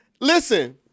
Listen